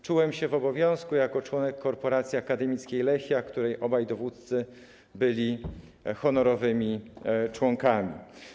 Czułem się w obowiązku jako członek korporacji akademickiej Lechia, której obaj dowódcy byli honorowymi członkami.